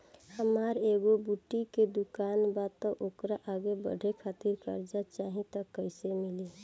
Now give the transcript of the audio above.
हमार एगो बुटीक के दुकानबा त ओकरा आगे बढ़वे खातिर कर्जा चाहि त कइसे मिली?